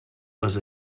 les